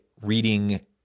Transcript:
reading